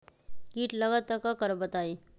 कीट लगत त क करब बताई?